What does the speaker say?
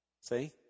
See